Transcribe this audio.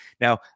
Now